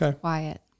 quiet